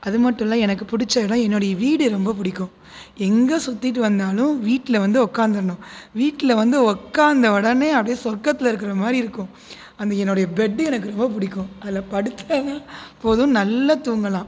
அதுமட்டுல்ல எனக்கு பிடிச்ச இடம் என்னோடய வீடு ரொம்ப பிடிக்கும் எங்கள் சுற்றிட்டு வந்தாலும் வீட்டில் வந்து உட்காந்துடனும் வீட்டில் வந்து உட்காந்த உடனே அப்படியே சொர்க்கத்தில் இருக்கிற மாதிரி இருக்கும் அந்த என்னோடய பெட் எனக்கு ரொம்ப பிடிக்கும் அதில் படுத்தால் தான் போதும் நல்லா தூங்கலாம்